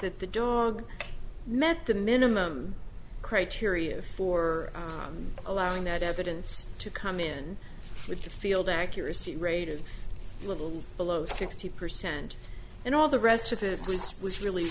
that the dog met the minimum criteria for allowing that evidence to come in with the field accuracy rate of little below sixty percent and all the rest of his goods was really